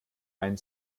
ein